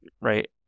right